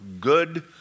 good